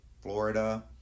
Florida